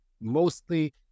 mostly